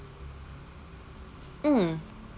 mm